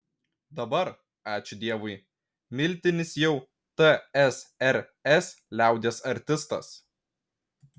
dabar ačiū dievui miltinis jau tsrs liaudies artistas